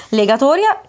legatoria